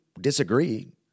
disagree